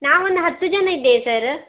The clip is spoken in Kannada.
ನಾ ಒಂದು ಹತ್ತು ಜನ ಇದ್ದೇವೆ ಸರ್